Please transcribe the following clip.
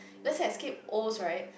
let's say I skip Os right